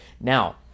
Now